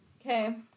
okay